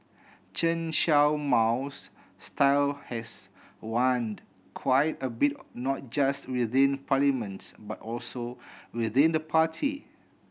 Chen Show Mao's style has waned quite a bit not just within parliaments but also within the party